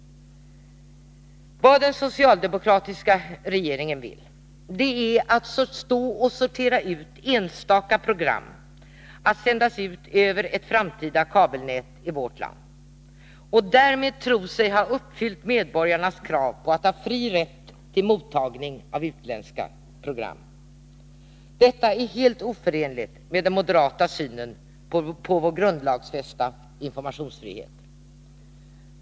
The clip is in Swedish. Vad den socialdemokratiska regeringen vill är att stå och sortera ut enstaka program att sändas ut över ett framtida kabelnät i vårt land och därmed tro sig ha uppfyllt medborgarnas krav på att ha fri rätt till mottagning av utländska program. Detta är helt oförenligt med den moderata synen på vår grundlagsfästa informationsfrihet.